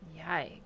Yikes